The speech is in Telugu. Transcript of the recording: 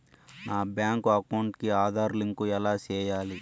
నా బ్యాంకు అకౌంట్ కి ఆధార్ లింకు ఎలా సేయాలి